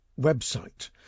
website